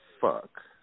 fuck